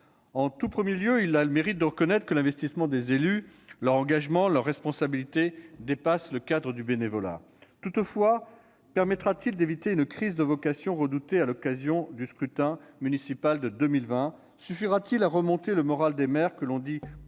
En tout premier lieu, il a le mérite de reconnaître que l'investissement des élus, leur engagement, leurs responsabilités dépassent le cadre du bénévolat. Toutefois, permettra-t-il d'éviter une crise des vocations redoutée à l'occasion du scrutin municipal de 2020 ? Suffira-t-il à remonter le moral des maires que l'on dit découragés